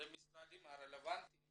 למשרדים הרלבנטיים